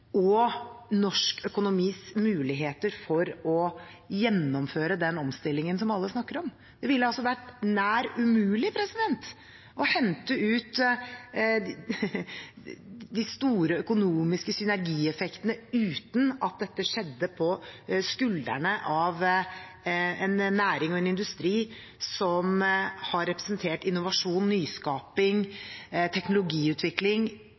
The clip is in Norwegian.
og norsk økonomis mulighet for å gjennomføre den omstillingen som alle snakker om. Det ville ha vært nær umulig å hente ut de store økonomiske synergieffektene uten at det skjedde på skuldrene av en næring og en industri som har representert innovasjon, nyskaping og teknologiutvikling